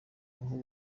aho